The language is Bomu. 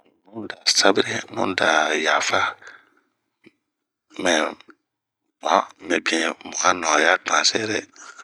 Ooh nu da sabere, nu da yafa, mɛɛ tuan mi bini ,mua nɔ'ɔya tuan sedɛ.